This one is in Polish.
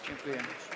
Dziękuję.